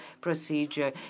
procedure